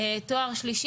תואר שלישי.